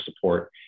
support